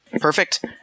Perfect